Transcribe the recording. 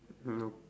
nope